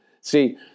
See